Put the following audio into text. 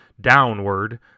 downward